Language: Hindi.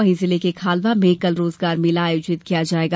वहीं जिले के खालवा में कल रोजगार मेला आयोजित किया जायेगा